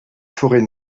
forêt